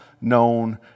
known